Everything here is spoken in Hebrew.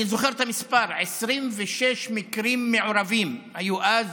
אני זוכר את המספר, 26 מקרים מעורבים היו אז